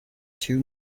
two